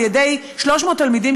על-ידי 300 תלמידים,